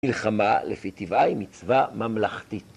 מלחמה לפי טבעה מצווה ממלכתית